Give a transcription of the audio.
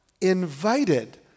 invited